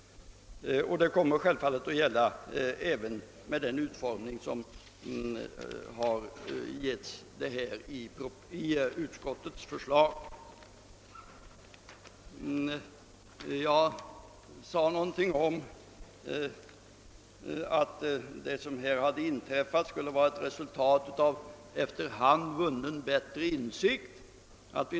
Detta kommer självfallet att gälla även med den utformning förslaget fått i utskottets skrivning. Jag sade tidigare att det faktum att vi nu kunnat bli så pass ense skulle vara ett resultat av efter hand vunnen bättre insikt.